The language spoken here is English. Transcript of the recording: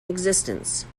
existence